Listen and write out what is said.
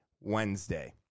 Wednesday